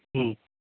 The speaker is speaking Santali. ᱦᱮᱸ